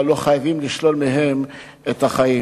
אבל לא חייבים לשלול מהם את החיים.